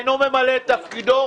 אינו ממלא את תפקידו.